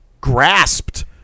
grasped